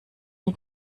nie